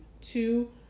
two